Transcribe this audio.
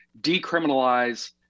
decriminalize